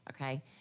Okay